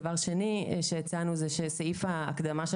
דבר שני שהצענו הוא שסעיף ההקדמה של